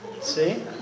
See